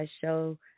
show